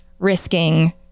risking